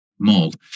mold